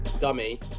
Dummy